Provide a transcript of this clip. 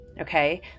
Okay